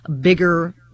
bigger